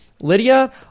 Lydia